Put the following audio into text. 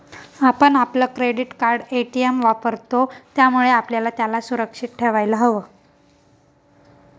आपण आपलं credit card, ATM वापरतो, त्यामुळे आपल्याला त्याला सुरक्षित ठेवायला हव